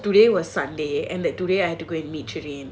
so I thought today was sunday and that today I had to go and meet cherane